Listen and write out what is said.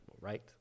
right